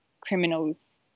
criminals